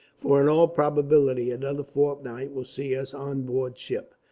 for in all probability another fortnight will see us on board ship.